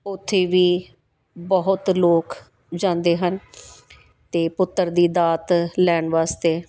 ਉੱਥੇ ਵੀ ਬਹੁਤ ਲੋਕ ਜਾਂਦੇ ਹਨ ਅਤੇ ਪੁੱਤਰ ਦੀ ਦਾਤ ਲੈਣ ਵਾਸਤੇ